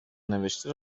نوشته